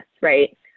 right